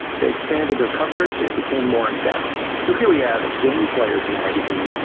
they expanded their coverage and became more in-depth. so, here we have game player's magazine,